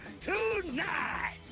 tonight